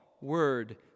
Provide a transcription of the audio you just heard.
word